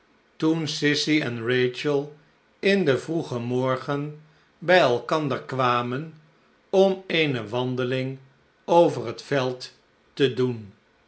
toen sissy en rachel in den vroegen morgen bij elkander kwamen om eene wandering over het veld te doen